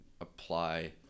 apply